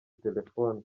telefone